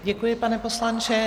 Děkuji, pane poslanče.